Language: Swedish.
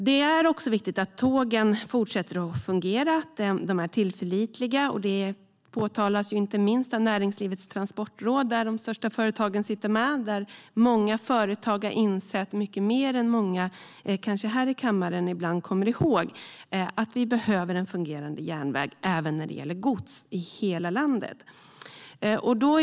Det är också viktigt att tågen fortsätter att fungera och att de är tillförlitliga. Det påpekas inte minst av Näringslivets Transportråd, där de största företagen sitter med. Många företag har insett mer än många här i kammaren ibland kommer ihåg att Sverige behöver en fungerande järnväg även när det gäller gods i hela landet.